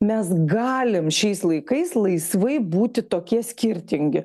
mes galim šiais laikais laisvai būti tokie skirtingi